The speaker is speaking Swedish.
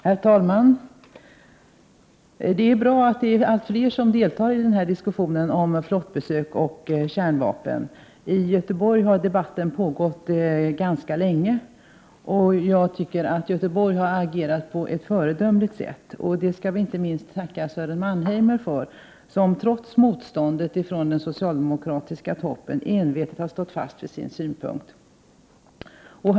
Herr talman! Det är bra att allt fler deltar i denna diskussion om flottbesök och kärnvapen. I Göteborg har debatten pågått ganska länge, och jag tycker att Göteborg har agerat på ett föredömligt sätt. Detta skall vi tacka inte minst Sören Mannheimer för, som trots motståndet i den socialdemokratiska partitoppen envetet har stått fast vid sin inställning.